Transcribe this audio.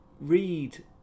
read